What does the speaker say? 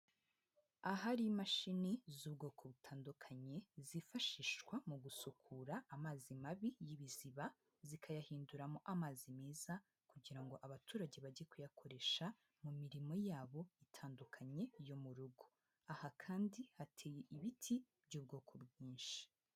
Ahari imashini z'ubwoko butandukanye zifashishwa mu gusukura amazi mabi y'ibiziba, zikayahinduramo amazi meza kugira ngo abaturage bajye kuyakoresha mu mirimo yabo itandukanye yo mu rugo, aha kandi hateye ibiti by'ubwoko bwinshi.